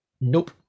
Nope